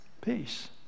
Peace